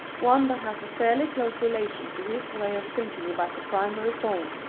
one that has a fairly close relation to his way of thinking about the primary form.